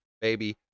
baby